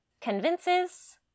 convinces